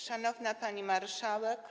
Szanowna Pani Marszałek!